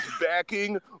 backing